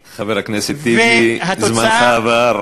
והתוצאה, חבר הכנסת טיבי, זמנך עבר.